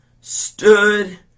stood